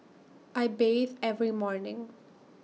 I bathe every morning